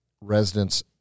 residents